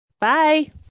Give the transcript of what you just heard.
Bye